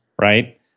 right